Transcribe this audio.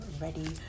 ready